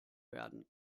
werden